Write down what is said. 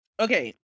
Okay